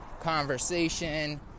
conversation